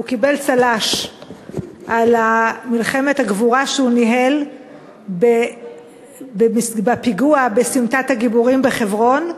הוא קיבל צל"ש על מלחמת הגבורה שהוא ניהל בפיגוע בסמטת הגיבורים בחברון.